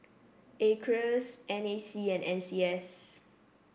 Acres N A C and N C S